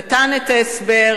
נתן את ההסבר,